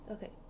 Okay